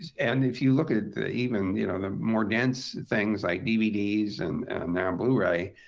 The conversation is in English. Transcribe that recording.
and if you look at at the even you know the more dense things like dvds and now blu-ray,